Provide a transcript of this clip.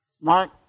Mark